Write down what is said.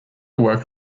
worked